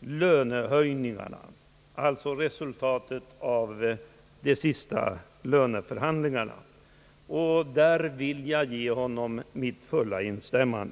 lönehöjningarna, d. v. s. resultatet av de senaste löneförhandlingarna, och i det stycket vill jag ge honom mitt fulla instämmande.